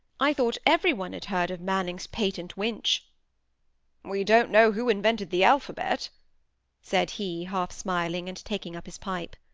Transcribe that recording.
i thought every one had heard of manning's patent winch we don't know who invented the alphabet said he, half smiling, and taking up his pipe.